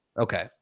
Okay